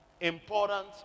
important